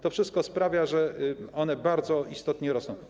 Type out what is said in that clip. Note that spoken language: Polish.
To wszystko sprawia, że one bardzo istotnie rosną.